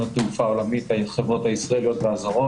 התעופה העולמית החברות הישראליות והזרות.